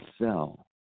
cell